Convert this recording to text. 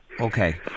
Okay